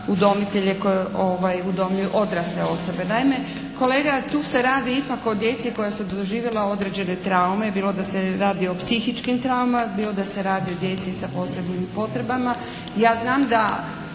udomitelje koji udomljuju odrasle osobe. Naime, kolega tu se radi ipak o djeci koja su doživjela određene traume bilo da se radi o psihičkim traumama, bilo da se radi o djeci sa posebnim potrebama.